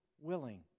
willing